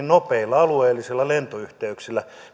nopeilla alueellisilla lentoyhteyksillä